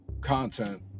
content